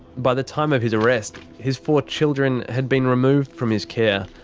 by the time of his arrest, his four children had been removed from his care,